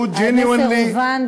המסר הובן.